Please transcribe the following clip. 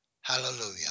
Hallelujah